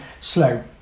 slow